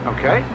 Okay